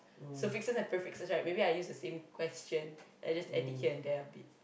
suffixes and prefixes right maybe I use the same question then I just edit here and there a bit